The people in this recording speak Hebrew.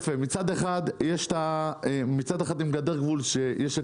מצדו האחד הוא נמצא על גדר גבול לבנון,